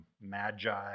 magi